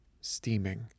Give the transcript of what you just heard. steaming